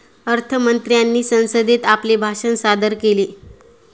अर्थ मंत्र्यांनी संसदेत आपले भाषण सादर केले